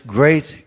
great